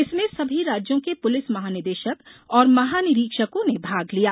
इसमें सभी राज्यों के पुलिस महानिदेशक और महानिरीक्षकों ने भाग लिया